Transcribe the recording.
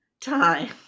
time